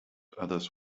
others